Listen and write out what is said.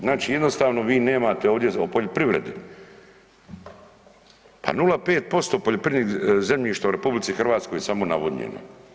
Znači jednostavno vi nemate ovdje, o poljoprivredi pa 0,5% poljoprivrednih zemljišta u RH je samo navodnjeno.